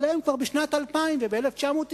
עליהם כבר בשנת 2000 וב-1990,